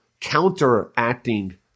counteracting